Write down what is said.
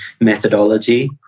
methodology